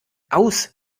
aus